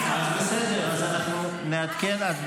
בסדר, אז אנחנו נעדכן הצבעה.